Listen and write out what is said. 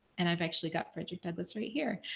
and i've actually got frederick douglass right here.